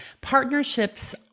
partnerships